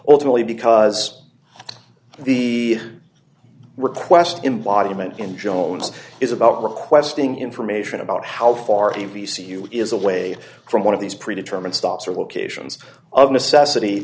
ultimately because the request embodiment in jones is about requesting information about how far the v c u is away from one of these pre determined stops or locations of necessity